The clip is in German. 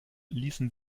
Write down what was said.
ließen